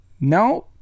No